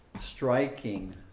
striking